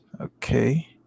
Okay